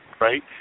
right